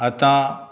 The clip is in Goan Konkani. आतां